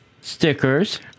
Stickers